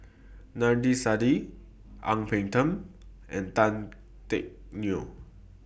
Adnan Saidi Ang Peng Tiam and Tan Teck Neo